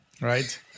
right